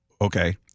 Okay